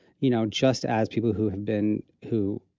you know, just as people who have been who,